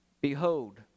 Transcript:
behold